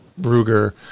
Ruger